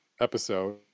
episode